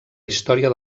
història